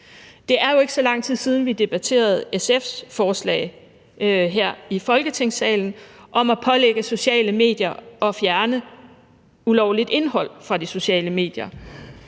Det er jo ikke så lang tid siden, vi debatterede SF's forslag her i Folketingssalen om at pålægge sociale medier at fjerne ulovligt indhold fra de sociale medier.